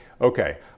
Okay